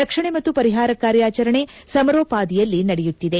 ರಕ್ಷಣೆ ಮತ್ತು ಪರಿಪಾರ ಕಾರ್ಯಾಚರಣೆ ಸಮರೋಪಾದಿಯಲ್ಲಿ ನಡೆಯುತ್ತಿದೆ